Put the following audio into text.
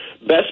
best